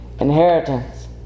inheritance